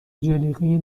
جلیقه